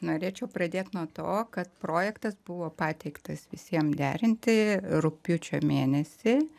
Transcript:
norėčiau pradėt nuo to kad projektas buvo pateiktas visiem derinti rugpjūčio mėnesį